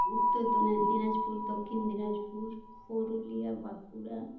Uttar Dinajpur Dakshin Dinajpur Purulia Bankura